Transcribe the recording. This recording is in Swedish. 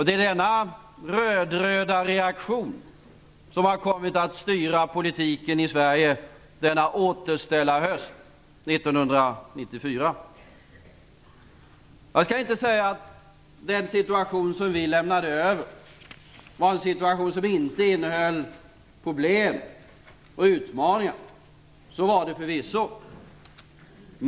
Det är denna rödröda reaktion som har kommit att styra politiken i Sverige denna återställarhöst 1994. Jag skall inte säga att den situation som vi lämnade över inte innefattade problem och utmaningar. Så var det förvisso.